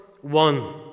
one